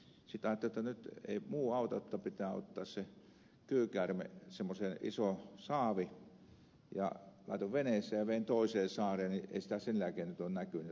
sitten ajattelin jotta nyt ei muu auta pitää ottaa se kyykäärme semmoiseen isoon saaviin ja laitoin veneeseen ja vein toiseen saareen niin ei sitä sen jälkeen ole näkynyt